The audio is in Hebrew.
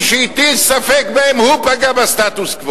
מי שהטיל ספק בהם, הוא פגע בסטטוס-קוו.